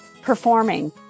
performing